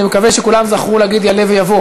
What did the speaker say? אני מקווה שכולם זכרו להגיד "יעלה ויבוא"